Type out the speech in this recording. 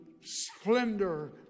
splendor